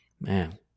man